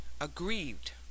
aggrieved